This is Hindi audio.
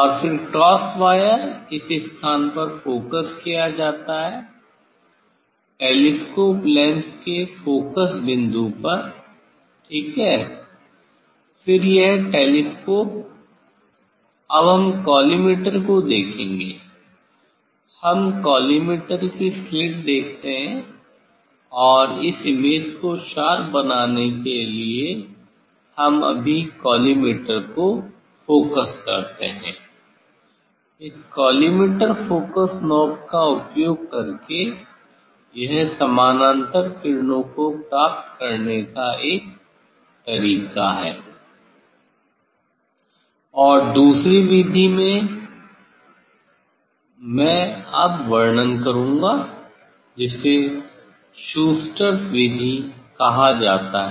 और फिर क्रॉस वायर इस स्थान पर फोकस किया जाता है टेलीस्कोप लेंस के फोकस बिंदु पर ठीक है फिर यह टेलीस्कोप अब हम कॉलीमेटर को देखेंगे हम कॉलीमेटर की स्लिट देखते हैं और इस इमेज को शार्प बनाने के लिए हम अभी कॉलीमेटर को फोकस करते हैं इस कॉलीमेटर फोकस नॉब का उपयोग करके यह समानांतर किरणों को प्राप्त करने का एक तरीका है और दूसरी विधि मैं अब वर्णन करूंगा जिसे शूस्टरस विधि कहा जाता है